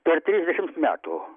per trisdešimt metų